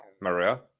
Maria